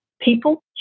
people